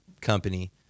company